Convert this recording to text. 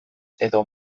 edo